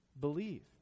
believe